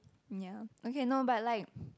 ya okay no but like